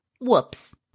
Whoops